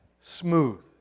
smooth